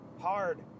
Hard